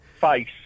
Face